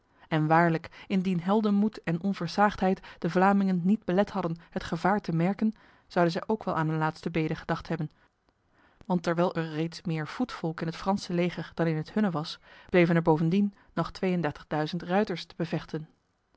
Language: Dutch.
en waarlijk indien heldenmoed en onversaagdheid de vlamingen niet belet hadden het gevaar te merken zouden zij ook wel aan hun laatste bede gedacht hebben want terwijl er reeds meer voetvolk in het franse leger dan in het hunne was bleven er bovendien nog tweeëndertigduizend ruiters te bevechten